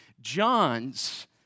John's